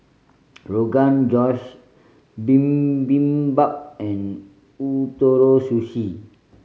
Rogan Josh Bibimbap and Ootoro Sushi